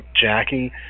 Jackie